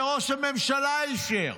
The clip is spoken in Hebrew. שראש הממשלה אישר